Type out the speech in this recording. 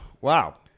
Wow